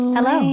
Hello